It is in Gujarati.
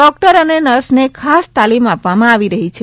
ડોક્ટર અને નર્સને ખાસ તાલીમ આપવામાં આવી રહી છે